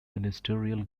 ministerial